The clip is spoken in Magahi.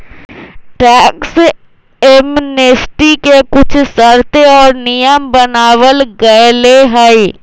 टैक्स एमनेस्टी के कुछ शर्तें और नियम बनावल गयले है